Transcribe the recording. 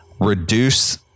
reduce